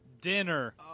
Dinner